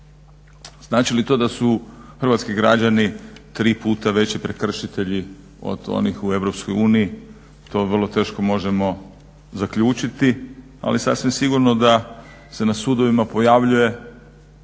Znači li to da su Hrvatski građani tri puta veći prekršitelji od onih u EU, to vrlo teško možemo zaključiti, ali sasvim sigurno da se na sudovima pojavljuje